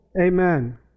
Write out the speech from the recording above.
Amen